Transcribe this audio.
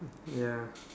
ya